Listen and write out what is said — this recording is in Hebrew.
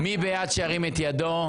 שירים את ידו.